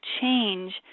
change